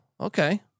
Okay